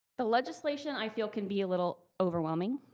the legislation, i feel, can be a little overwhelming,